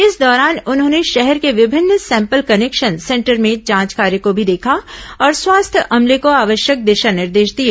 इस दौरान उन्होंने शहर के विभिन्न सैंपल कलेक्शन सेंटर में जांच कार्य को भी देखा और स्वास्थ्य अमले को आवश्यक दिशा निर्देश दिए